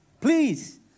please